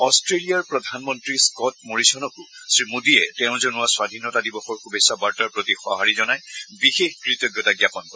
অট্টেলিয়াৰ প্ৰধানমন্ত্ৰী স্বট মৰিচনকো শ্ৰীমোডীয়ে তেওঁ জনোৱা স্বাধীনতা দিৱসৰ শুভেচ্ছা বাৰ্তাৰ প্ৰতি সঁহাৰি জনাই বিশেষ কৃতজ্ঞতা জ্ঞাপন কৰে